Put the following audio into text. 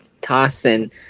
tossing